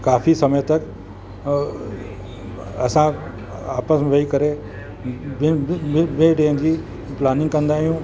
काफ़ी समय तक असां आपस में वेही करे प्लानिंग कंदा आहियूं